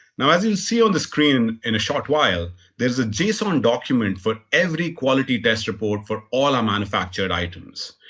now, as you'll see on the screen in a short while there's a json document for every quality test report for all our manufactured items.